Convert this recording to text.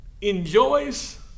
Enjoys